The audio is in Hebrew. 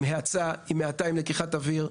עם האצה והאטה ללקיחת אוויר.